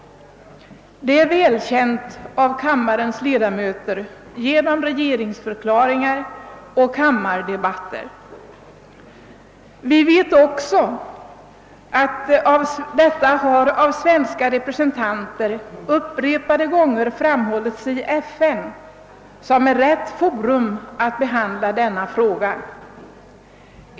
Allt detta är välkänt för kammarens ledamöter genom regeringsförklaringar och kammardebatter. Vi vet också att denna uppfattning av svenska representanter upprepade gånger har framhållits i FN, som är rätt forum för behandling av denna fråga.